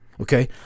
okay